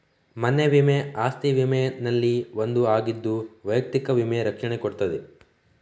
ಮನೆ ವಿಮೆ ಅಸ್ತಿ ವಿಮೆನಲ್ಲಿ ಒಂದು ಆಗಿದ್ದು ವೈಯಕ್ತಿಕ ವಿಮೆಯ ರಕ್ಷಣೆ ಕೊಡ್ತದೆ